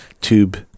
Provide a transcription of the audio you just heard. tube